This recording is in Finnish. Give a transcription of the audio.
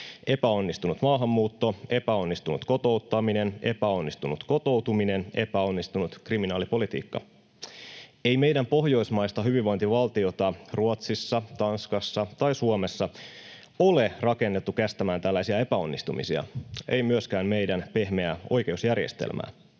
epäonnistunut maahanmuutto, epäonnistunut kotouttaminen, epäonnistunut kotoutuminen, epäonnistunut kriminaalipolitiikka. Ei meidän pohjoismaista hyvinvointivaltiota Ruotsissa, Tanskassa tai Suomessa ole rakennettu kestämään tällaisia epäonnistumisia, ei myöskään meidän pehmeää oikeusjärjestelmää.